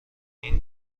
این